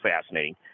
fascinating